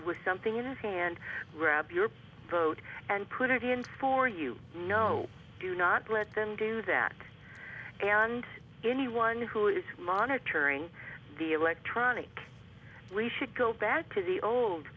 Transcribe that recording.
with something in his hand grab your vote and put it in for you know do not let them do that and anyone who is monitoring the electronic we should go back to the